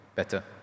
better